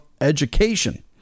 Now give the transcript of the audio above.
Education